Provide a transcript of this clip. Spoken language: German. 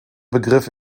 begriff